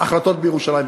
ההחלטות בירושלים.